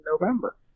November